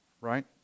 Right